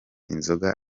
inzoga